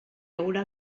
haurà